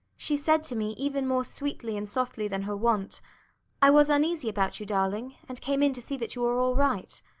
she said to me even more sweetly and softly than her wont i was uneasy about you, darling, and came in to see that you were all right.